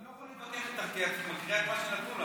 אני לא יכול להתווכח איתך כי את מקריאה את מה שנתנו לך,